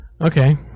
Okay